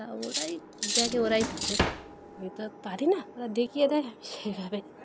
তা ওরাই দেখে ওরাই তুলে আমি তো পারি না ওরা দেখিয়ে দেয় আমি সেইভাবেই